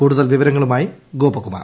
കൂടുതൽ വിവരങ്ങളുമായി ഗോപകുമാർ